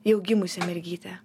jau gimusią mergytę